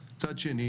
לצערנו,